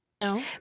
No